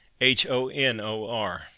H-O-N-O-R